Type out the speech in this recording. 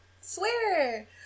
Swear